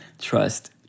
trust